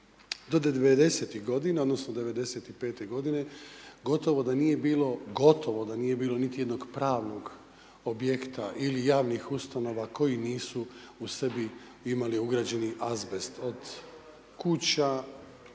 da nije bilo, gotovo da nije bilo ni jednog pravnog objekta ili javnih ustanova koji nisu u sebi imali ugrađeni azbest, od kuća,